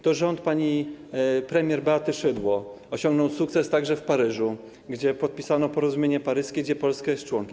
To rząd pani premier Beaty Szydło osiągnął sukces także w Paryżu, gdzie podpisano porozumienie paryskie, którego Polska jest członkiem.